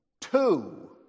Two